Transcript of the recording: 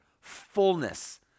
fullness